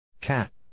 Cat